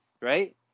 right